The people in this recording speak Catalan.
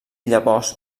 llavors